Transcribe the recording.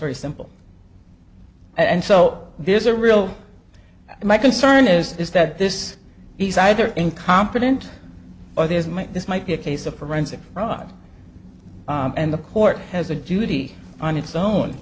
very simple and so there's a real my concern is is that this he's either incompetent or there's might this might be a case of forensic fraud and the court has a duty on its own